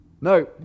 no